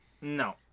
No